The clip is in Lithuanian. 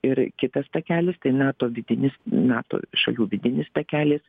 ir kitas takelis tai nato vidinis nato šalių vidinis takelis